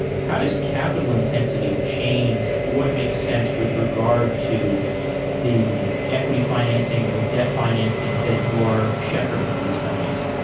how does capital intensity change what makes sense with regard to the equity financing or the debt financing that you are shepherding for these companies?